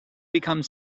become